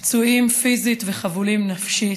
פצועים פיזית וחבולים נפשית.